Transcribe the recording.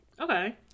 okay